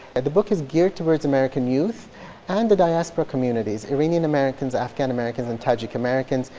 and the book is geared toward american youth and the diaspora communities, iranian americans, afghan americans, and tajik americans.